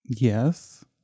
yes